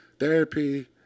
Therapy